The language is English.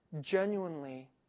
genuinely